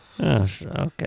okay